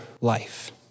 life